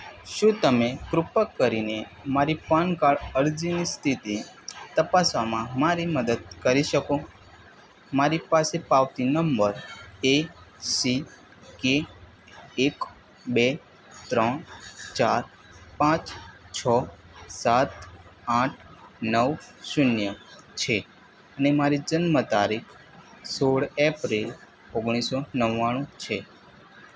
શું તમે કૃપા કરીને માંરી પાન કાર્ડ અરજીની સ્થિતિ તપાસવામાં માંરી મદદ કરી શકો મારી પાસે પાવતી નંબર એસિકે એક બે ત્રણ ચાર પાંચ છ સાત આઠ નવ શૂન્ય છે ને માંરી જન્મ તારીખ સોળ એપ્રિલ ઓગણીસો નવ્વાણું છે